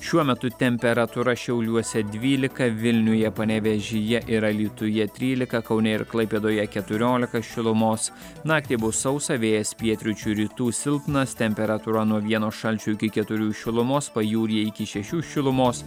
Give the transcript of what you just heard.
šiuo metu temperatūra šiauliuose dvylika vilniuje panevėžyje ir alytuje trylika kaune ir klaipėdoje keturiolika šilumos naktį bus sausa vėjas pietryčių rytų silpnas temperatūra nuo vieno šalčio iki keturių šilumos pajūryje iki šešių šilumos